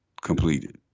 completed